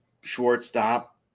shortstop